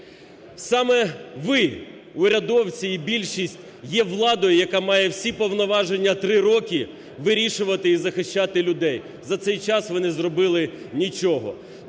Саме ви, урядовці і більшість є владою, яка має всі повноваження 3 роки вирішувати і захищати людей. За цей час ви не зробили нічого.